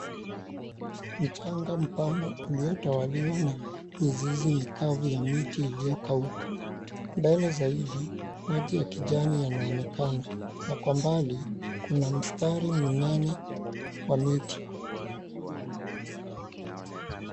Mchanga mpana uliyotawaliwa na mizizi mikavu ya miti iliyokauka, mbele zaidi maji ya kijani yanaonekana na kwa mbali kuna mstari mnene wa mti.